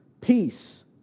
peace